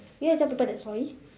you want to tell people that story